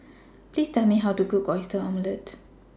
Please Tell Me How to Cook Oyster Omelette